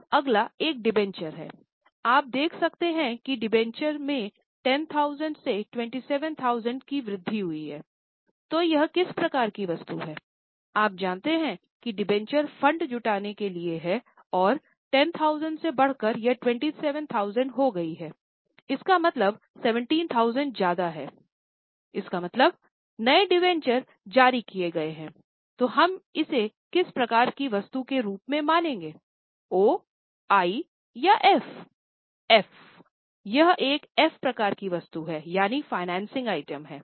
अब अगला एक डिबेंचरआइटम है